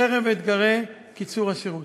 חרף אתגרי קיצור השירות.